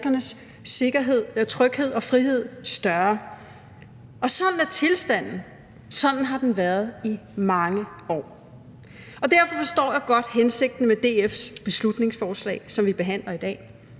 Sådan er tilstanden, og sådan har det været i mange år. Derfor forstår jeg godt hensigten med DF's beslutningsforslag, som vi behandler i dag.